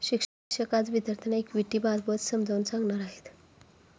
शिक्षक आज विद्यार्थ्यांना इक्विटिबाबत समजावून सांगणार आहेत